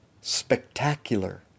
spectacular